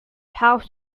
housed